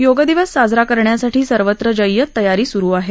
योग दिवस साजरा करण्यासाठी सर्वत्र जय्यत तयारी सुरू आहे